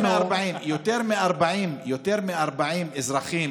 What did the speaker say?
יותר מ-40 אזרחים